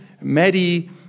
Maddie